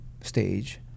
stage